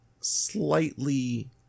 slightly